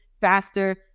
faster